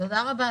תודה רבה.